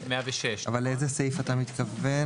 אבל לאיזה סעיף אתה מתכוון?